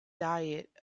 diet